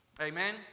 Amen